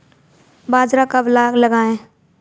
बाजरा कब लगाएँ?